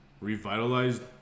revitalized